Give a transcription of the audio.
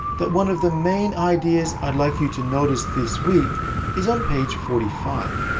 that one of the main ideas i'd like you to notice this week is on page forty five,